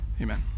Amen